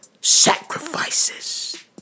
sacrifices